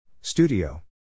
Studio